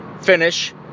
finish